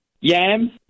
Yam